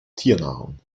tiernahrung